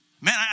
man